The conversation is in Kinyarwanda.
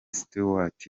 stewart